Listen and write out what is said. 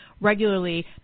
regularly